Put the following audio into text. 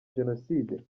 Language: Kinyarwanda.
jenoside